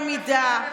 בכל קנה מידה,